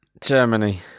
Germany